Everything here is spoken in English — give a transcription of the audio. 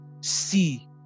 see